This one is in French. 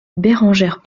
bérengère